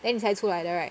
then 你才出来的 right